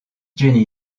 jenny